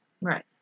Right